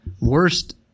worst